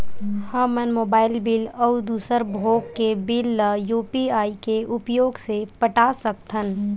हमन mobile bill अउ दूसर भोग के बिल ला यू.पी.आई के उपयोग से पटा सकथन